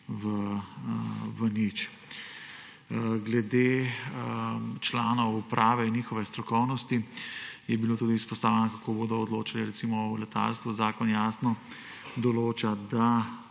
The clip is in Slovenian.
v nič. Glede članov uprave in njihove strokovnosti je bilo tudi izpostavljeno, kako bodo odločali, recimo o letalstvu. Zakon jasno določa, da